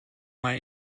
mal